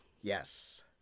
Yes